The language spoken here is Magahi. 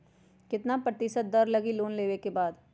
कितना प्रतिशत दर लगी लोन लेबे के बाद?